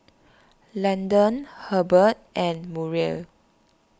Landan Herbert and Muriel